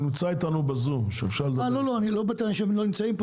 נמצא איתנו בזום נציג האוצר.